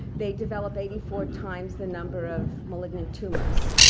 they develop eighty four times the number of malignant tumors.